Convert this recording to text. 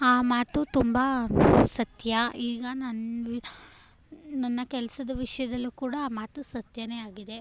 ಆ ಮಾತು ತುಂಬ ಸತ್ಯ ಈಗ ನಂದು ನನ್ನ ಕೆಲಸದ ವಿಷಯದಲ್ಲೂ ಕೂಡ ಮಾತು ಸತ್ಯವೇ ಆಗಿದೆ